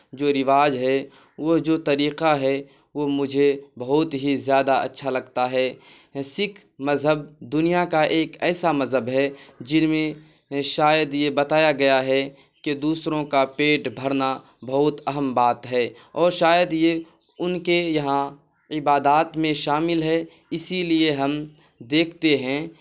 جو رواج ہے وہ جو طریقہ ہے وہ مجھے بہت ہی زیادہ اچھا لگتا ہے سکھ مذہب دنیا کا ایک ایسا مذہب ہے جن میں شاید یہ بتایا گیا ہے کہ دوسروں کا پیٹ بھرنا بہت اہم بات ہے اور شاید یہ ان کے یہاں عبادات میں شامل ہے اسی لیے ہم دیکھتے ہیں